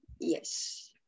yes